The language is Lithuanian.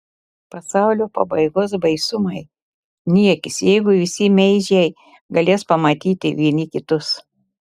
pasaulio pabaigos baisumai niekis jeigu visi meižiai galės pamatyti vieni kitus